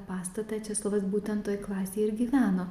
pastatą česlovas būtent toj klasėj ir gyveno